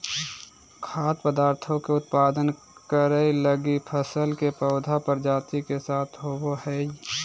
खाद्य पदार्थ के उत्पादन करैय लगी फसल के पौधा प्रजाति के साथ होबो हइ